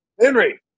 Henry